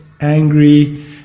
angry